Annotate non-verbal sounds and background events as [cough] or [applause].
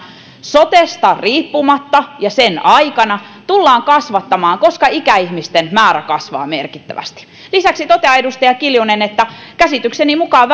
sotesta riippumatta ja sen aikana tullaan kasvattamaan koska ikäihmisten määrä kasvaa merkittävästi lisäksi totean edustaja kiljunen että käsitykseni mukaan [unintelligible]